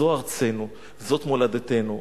זו ארצנו, זאת מולדתנו.